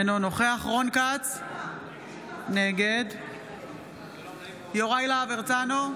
אינו נוכח רון כץ, נגד יוראי להב הרצנו,